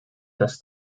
das